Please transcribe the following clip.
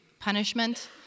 punishment